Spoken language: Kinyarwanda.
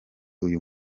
uyu